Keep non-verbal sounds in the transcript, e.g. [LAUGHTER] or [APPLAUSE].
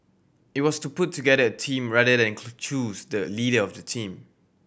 it was to put together team rather than [UNINTELLIGIBLE] choose the leader of the team